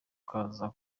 kutaza